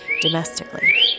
domestically